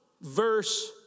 verse